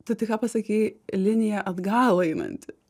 tu tik ką pasakei linija atgal einanti